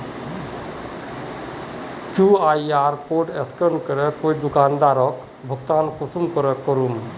QR code scan करे कोई दुकानदारोक भुगतान कुंसम करे करूम?